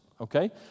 okay